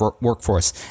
workforce